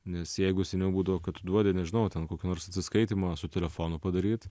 nes jeigu seniau būdavo kad tu duodi nežinau ten kokį nors atsiskaitymą su telefonu padaryt